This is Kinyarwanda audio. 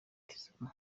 tizama